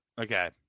Okay